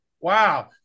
wow